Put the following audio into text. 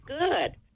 good